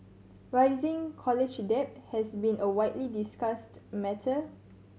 rising college debt has been a widely discussed matter